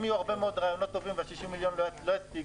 אם יהיו הרבה מאוד רעיונות טובים וה-60 מיליון לא יספיקו,